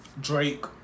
Drake